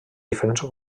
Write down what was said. diferents